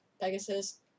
Pegasus